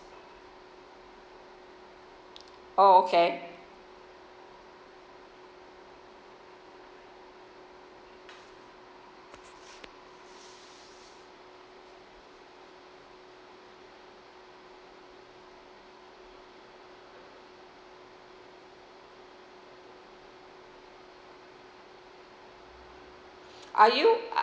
oh okay are you